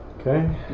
Okay